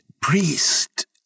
priest